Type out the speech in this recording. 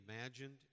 imagined